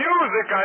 Music